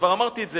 וכבר אמרתי את זה,